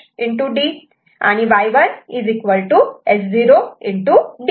D Y1 S0